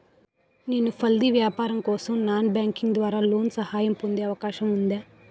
నేను పౌల్ట్రీ వ్యాపారం కోసం నాన్ బ్యాంకింగ్ ద్వారా లోన్ సహాయం పొందే అవకాశం ఉందా?